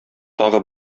тагы